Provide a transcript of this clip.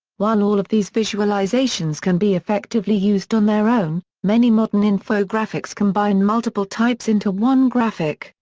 while all of these visualizations can be effectively used on their own, many modern infographics combine multiple types into one graphic,